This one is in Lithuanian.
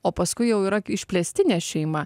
o paskui jau yra išplėstinė šeima